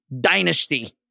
dynasty